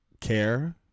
care